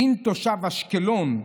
דין תושבי אשקלון"